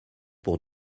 pour